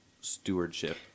stewardship